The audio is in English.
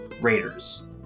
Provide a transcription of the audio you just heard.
Raiders